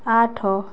ଆଠ